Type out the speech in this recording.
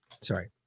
sorry